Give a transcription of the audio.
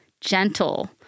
Gentle